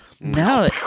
No